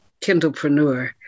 Kindlepreneur